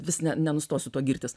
vis ne nenustosiu tuo girtis